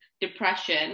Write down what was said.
depression